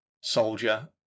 soldier